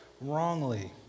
wrongly